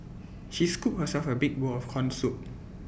she scooped herself A big bowl of Corn Soup